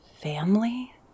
family